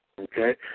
Okay